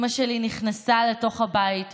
אימא שלי נכנסה לתוך הבית,